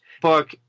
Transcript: book